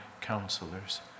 counselors